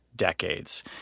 decades